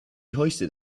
hoisted